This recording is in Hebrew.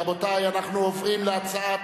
רבותי, אנחנו עוברים להצעת